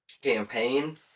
campaign